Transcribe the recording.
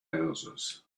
houses